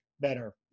better